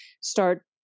Start